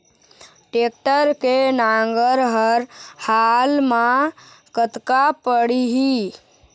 Tractor के नांगर हर हाल मा कतका पड़िही?